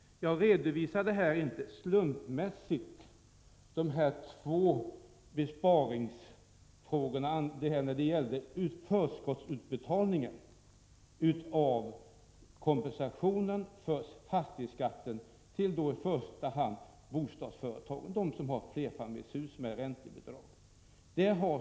Det var inte slumpmässigt som jag redovisade mina två exempel på förskottsutbetalningen av kompensation för fastighetsskatten till i första hand de bostadsföretag som har flerfamiljshus med räntebidrag.